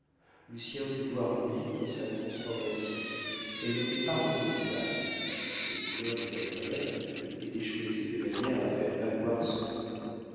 encombrement lucien put voir louise dans sa transformation elle n'était pas reconnaissable les couleurs de sa toilette étaient choisies de manière à faire valoir son teint